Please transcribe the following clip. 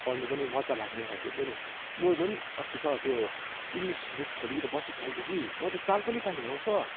पढ्नु पनि मजा लाग्ने खालको हुन्छ नि म झन् अस्ति सर त्यो इङ्लिस बुक खोलिकन बसेको खालि थिएँ कि म त चाल पनि पाइनँ हो सर